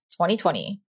2020